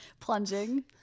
plunging